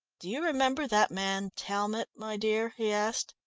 do you remember that man talmot, my dear? he asked.